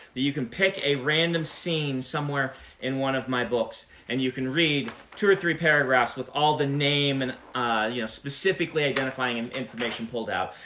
that you can pick a random scene somewhere in one of my books and you can read two or three paragraphs with all the name and specifically identifying and information pulled out,